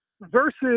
versus